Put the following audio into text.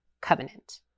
covenant